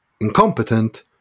incompetent